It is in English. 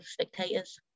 spectators